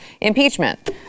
impeachment